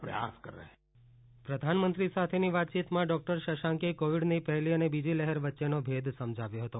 પ્રધાનમંત્રી સાથેની વાતચીતમાં ડોકટર શંશાંકે કોવીડની પહેલી અને બીજી લહેર વચ્ચેનો ભેદ સમજાવ્યો હતો